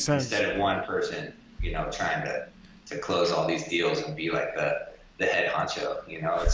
so instead of one person you know trying to to close all these deals and be like the the head honcho, you know?